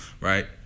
Right